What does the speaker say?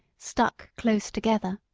stuck close together.